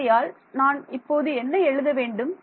ஆகையால் நான் இப்போது என்ன எழுத வேண்டும்